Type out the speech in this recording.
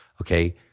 okay